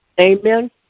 Amen